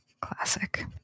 Classic